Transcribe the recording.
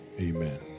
Amen